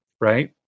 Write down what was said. Right